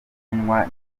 kunywa